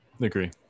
Agree